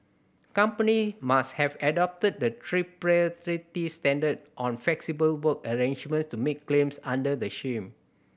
company must have adopted the tripartite standard on flexible work arrangements to make claims under the scheme